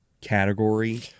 category